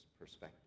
perspective